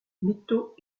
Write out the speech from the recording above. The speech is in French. métaux